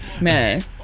Man